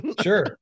sure